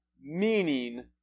meaning